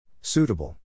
Suitable